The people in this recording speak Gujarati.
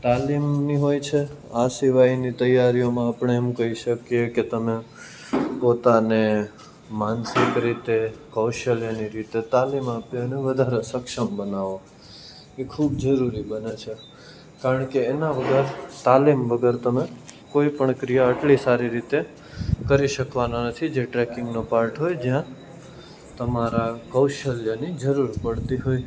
તાલીમની હોય છે આ સિવાયની તૈયારીઓમાં આપણે એમ કહી શકીએ કે તમે પોતાને માનસિક રીતે કૌશલ્યની રીતે તાલીમ આપી અને વધારે સક્ષમ બનાવો એ ખૂબ જરૂરી બને છે કારણ કે એના વગર તાલીમ વગર તમે કોઈપણ ક્રિયા અટલી સારી રીતે કરી શકવાના નથી જે ટ્રેકિંગનો પાર્ટ હોય જ્યાં તમારા કૌશલ્યની જરૂર પડતી હોય